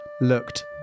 looked